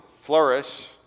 flourish